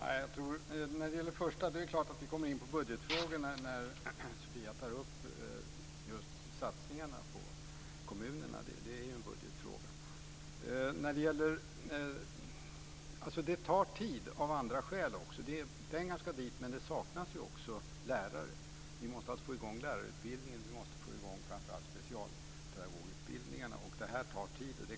Fru talman! När det gäller första frågan vill jag säga att det är klart att vi kommer in på budgetfrågor när Sofia tar upp just satsningarna på kommunerna. Det är ju en budgetfråga. Det tar tid av andra skäl också. Pengar ska dit, men det saknas också lärare. Vi måste få i gång lärarutbildningen, och vi måste få i gång framför allt specialpedagogutbildningarna. Det tar tid.